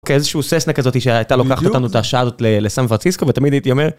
כן איזה שהוא ססנה כזאתי שהייתה לוקחת אותנו את השעה הזאת לסן פרנסיסקו ותמיד הייתי אומר.